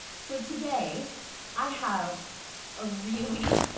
so today i have a really,